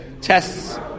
tests